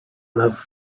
nas